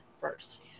first